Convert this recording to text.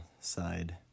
side